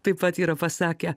taip pat yra pasakę